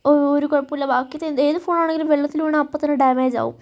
ഒരു കുഴപ്പവുമില്ല ബാക്കി ഏത് ഫോണണെങ്കിലും വെള്ളത്തിൽ വീണാൽ അപ്പോൾ തന്നെ ഡാമേജ് ആകും